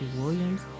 Williams